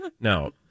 no